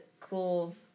cool